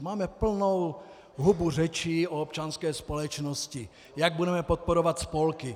Máme plnou hubu řečí o občanské společnosti, jak budeme podporovat spolky.